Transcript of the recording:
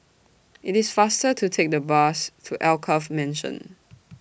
IT IS faster to Take The Bus to Alkaff Mansion